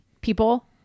people